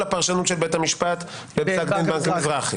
לפרשנות של בית המשפט בפסק דין בנק המזרחי.